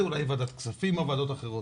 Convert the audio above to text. זה אולי בוועדת הכספים או בוועדות אחרות.